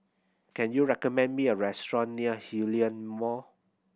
can you recommend me a restaurant near Hillion Mall